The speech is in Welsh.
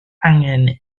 angen